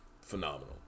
phenomenal